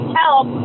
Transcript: help